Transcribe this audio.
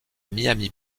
miami